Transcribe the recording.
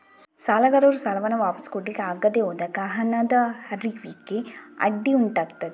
ಸಾಲಗಾರರು ಸಾಲವನ್ನ ವಾಪಸು ಕೊಡ್ಲಿಕ್ಕೆ ಆಗದೆ ಹೋದಾಗ ಹಣದ ಹರಿವಿಗೆ ಅಡ್ಡಿ ಉಂಟಾಗ್ತದೆ